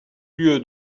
lieu